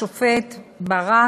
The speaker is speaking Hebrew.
השופט ברק,